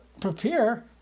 prepare